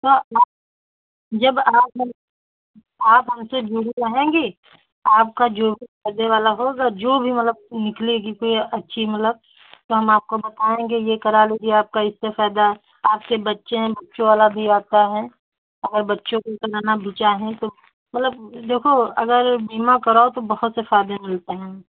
तो आप आप जब आप जब आप हमसे जुड़े रहेंगी आपका जो भी फायदा वाला होगा जो भी मतलब निकलेगी कोई अच्छी मतलब तो हम आपको बताएंगे ये करा लो जी आपका इससे फायदा है आपके बच्चे हैं बच्चों वाला भी आता है अगर बच्चों के कराना भी चाहे तो मतलब देखो अगर बीमा कराओ तो बहुत से फायदे मिलते हैं